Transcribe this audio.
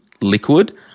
liquid